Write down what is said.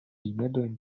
rimedojn